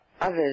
others